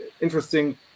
interesting